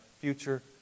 future